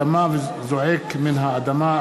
דמה זועק מן האדמה,